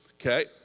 Okay